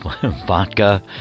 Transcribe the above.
vodka